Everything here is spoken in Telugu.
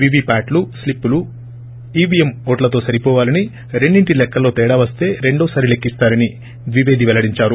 వీవీ ప్యాడ్లు స్లిప్పులు ఈవీఎం ఓట్లతో సరిపోవాలని రెండింటి లెక్కల్లో తేడా వస్త రెండో సారి లెక్కిస్తారని ద్వివేది వెల్లడిందారు